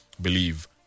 believe